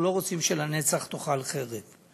אנחנו לא רוצים "לנצח תאכל חרב";